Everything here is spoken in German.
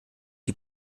die